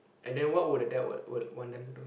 and then what would the dad would would want them to do